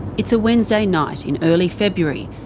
it's a wednesday night in early february,